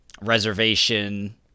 reservation